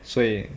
所以